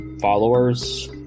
followers